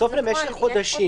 בסוף משך חודשים